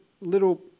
little